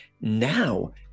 now